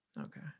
Okay